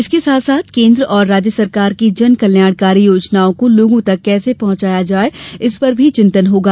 इसके साथ साथ केन्द्र और राज्य सरकार की जन कल्याणकारी योजनाओं को लोगों तक कैसे पहुंचाया जाये इस पर भी चिंतन होगा